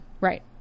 Right